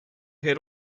head